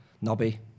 knobby